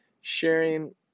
sharing